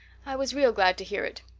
i was real glad to hear it.